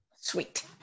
Sweet